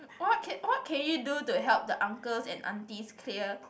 what can what can you do to help the uncles and aunties clear